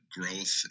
growth